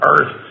Earth